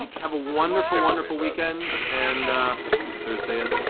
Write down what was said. have a wonderful, wonderful weekend, and is it thursday